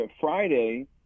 Friday